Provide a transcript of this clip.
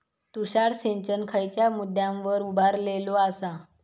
तुषार सिंचन खयच्या मुद्द्यांवर उभारलेलो आसा?